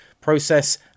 process